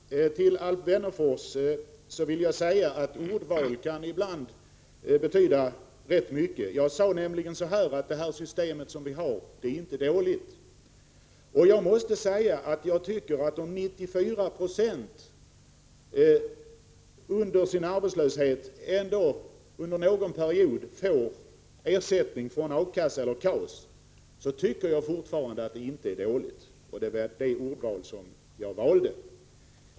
Herr talman! Till Alf Wennerfors vill jag säga att ordvalet ibland kan betyda rätt mycket. Jag sade nämligen att det system som vi har inte är dåligt. Jag måste framhålla att jag fortfarande tycker att det inte är dåligt om 94 96 av de arbetslösa ändå under någon period får ersättning från A-kassa eller via KAS. Detta är det ordval jag använde mig av.